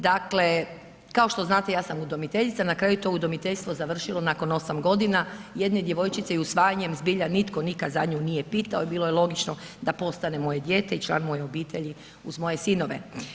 Dakle, kao što znate, ja sam udomiteljica, na kraju to udomiteljstvo završilo nakon 8 godina jedne djevojčice i usvajanjem zbilja nikad za nju nije pitao i bilo je logično da postane moje dijete i član moje obitelji uz moje sinove.